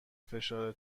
فشار